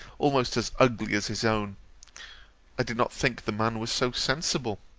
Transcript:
almost as ugly as his own i did not think the man was so sensible.